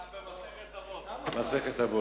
תפתח במסכת אבות.